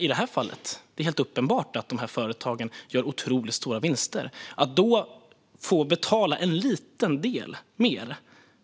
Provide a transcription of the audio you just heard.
I detta fall är det dock helt uppenbart att dessa företag gör otroligt stora vinster och borde kunna betala en liten ytterligare del